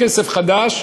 כסף חדש,